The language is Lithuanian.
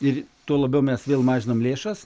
ir tuo labiau mes vėl mažinam lėšas